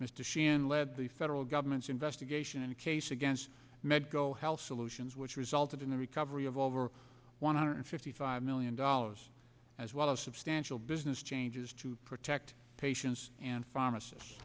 sheehan led the federal government's investigation in a case against medco health solutions which resulted in the recovery of over one hundred fifty five million dollars as well as substantial business changes to protect patients and pharmacist